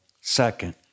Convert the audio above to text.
second